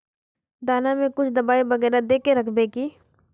दाना में कुछ दबाई बेगरा दय के राखबे की?